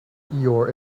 your